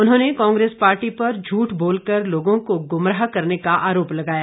उन्होंने कांग्रेस पार्टी पर झूठ बोलकर लोगों को गुमराह करने का आरोप लगाया